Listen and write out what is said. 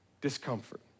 discomfort